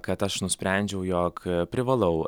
kad aš nusprendžiau jog privalau